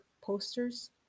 posters